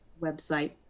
website